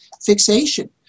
fixation